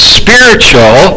spiritual